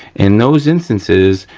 in those instances,